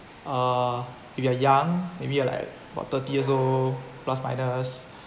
uh if you are young maybe you like about thirty years old plus minus